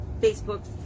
Facebook